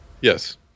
Yes